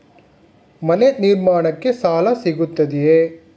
ಮನೆ ನಿರ್ಮಾಣಕ್ಕೆ ಸಾಲ ಸಿಗುತ್ತದೆಯೇ?